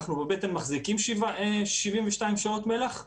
אנחנו בבטן מחזיקים 72 שעות של מלח,